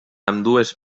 ambdues